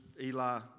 Eli